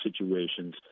situations